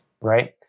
Right